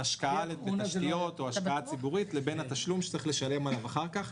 השקעה לתשתיות או השקעה ציבורית לבין התשלום שצריך לשלם עליו אחר כך.